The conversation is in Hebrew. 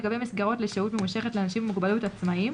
לגבי מסגרות לשהות ממושכת לאנשים עם מוגבלות עצמאיים,